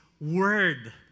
word